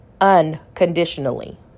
unconditionally